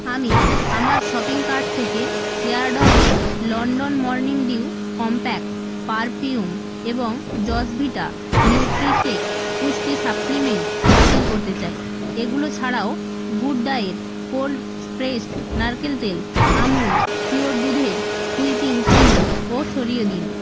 আমি আমার shopping cart থেকে Yardley London morning dew compact perfume এবং জসভিটা নিউট্রিশেক পুষ্টি সাপ্লিমেন্ট বাতিল করতে চাই এগুলো ছাড়াও গুডডায়েট কোল্ড প্রেসড নারকেল তেল আমুল পিওর দুধের হুইপিং ক্রিম ও সরিয়ে দিন